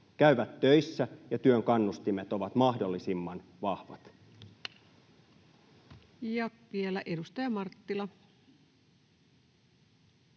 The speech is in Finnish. käyvät töissä ja työn kannustimet ovat mahdollisimman vahvat. [Speech 153]